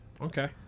Okay